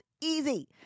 easy